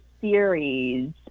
series